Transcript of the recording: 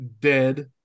dead